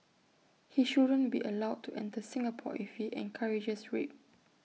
he shouldn't be allowed to enter Singapore if he encourages rape